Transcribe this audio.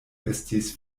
estis